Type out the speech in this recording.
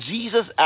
Jesus